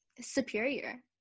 superior